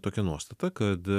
tokia nuostata kad